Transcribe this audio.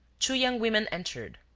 two young women entered.